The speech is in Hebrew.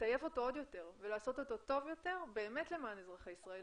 לטייב אותו ולעשות אותו טוב יותר למען אזרחי ישראל.